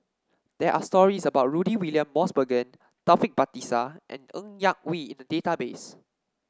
there are stories about Rudy William Mosbergen Taufik Batisah and Ng Yak Whee in the database